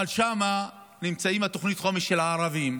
אבל שם נמצאות תוכניות החומש של הערבים,